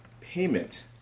payment